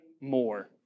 more